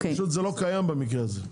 פשוט זה לא קיים במקרה הזה.